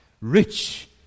rich